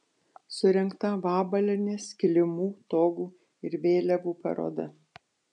surengta vabalienės kilimų togų ir vėliavų paroda